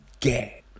Get